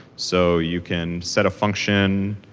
so you can set a function,